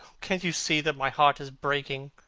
can't you see that my heart is breaking?